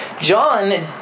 John